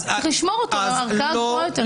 יש לשמור אותו לערכאה גבוהה יותר.